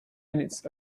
minutes